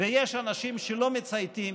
ויש אנשים שלא מצייתים,